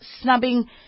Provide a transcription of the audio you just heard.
snubbing